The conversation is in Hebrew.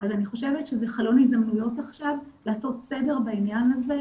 אני לא רוצה שהיא לא תדע איך להתארגן ולנסוע לאותה רשת